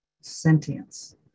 sentience